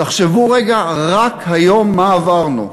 תחשבו רגע רק היום מה עברנו.